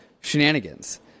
shenanigans